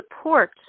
support